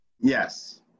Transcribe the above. yes